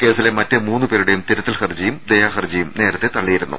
കേസിലെ മറ്റു മൂന്ന് പേരുടെയും തിരുത്തൽ ഹർജിയും ദയാഹർജിയും നേരത്തെ തള്ളിയിരുന്നു